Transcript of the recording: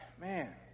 Man